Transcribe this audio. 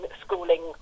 schooling